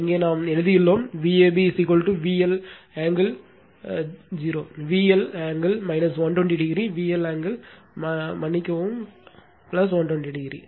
இங்கே நாம் எழுதியுள்ளோம் Vab VL angle பூஜ்ஜியம் VL angle 120o VL angle மன்னிக்கவும் 120o